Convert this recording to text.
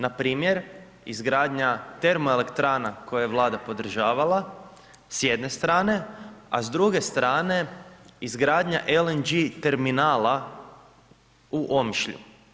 Npr. izgradnja termoelektrana koje je Vlada podržavala, s jedne strane, a s druge strane izgradnja LNG terminala u Omišlju.